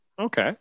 okay